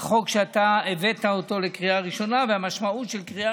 החוק שאתה הבאת לקריאה ראשונה המשמעות של קריאה